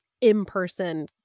in-person